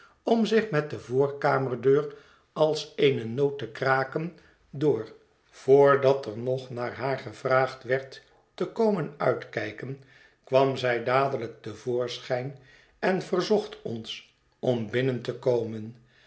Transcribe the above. om zich met de voorkamerdeur als eene noot te kraken door voordat er nog naar haar gevraagd werd te komen uitkijken kwam zij dadelijk te voorschijn en verzocht ons om binnen te komen